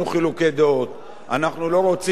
אנחנו לא רוצים לעודד גזענות,